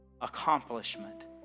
accomplishment